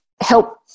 help